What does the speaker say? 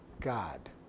God